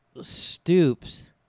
stoops